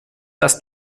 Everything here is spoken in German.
das